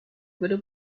wurde